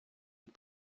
від